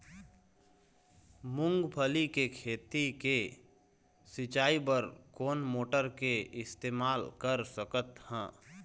मूंगफली के खेती के सिचाई बर कोन मोटर के इस्तेमाल कर सकत ह?